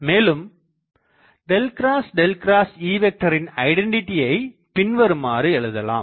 மேலும் ▼▼Eயின் ஐடென்டிட்டி ஐ பின்வருமாறு எழுதலாம்